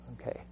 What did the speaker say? Okay